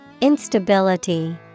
Instability